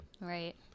Right